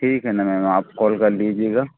ठीक है मैम आप कोल कर लीजियेगा